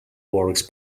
works